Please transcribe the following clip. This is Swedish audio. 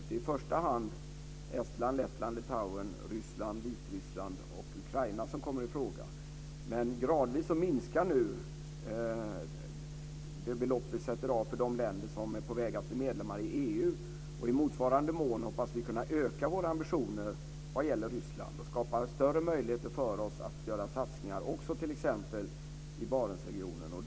Det är i första hand Estland, Lettland, Litauen, Ryssland, Vitryssland och Ukraina som kommer i fråga. Men gradvis minskar nu det belopp vi sätter av för de länder som är på väg att bli medlemmar i EU. I motsvarande mån hoppas vi kunna öka våra ambitioner vad gäller Ryssland och skapa större möjligheter för oss att göra satsningar också i t.ex. Barentsregionen.